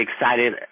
excited